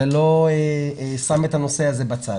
ולא שם את הנושא הזה בצד.